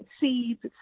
seeds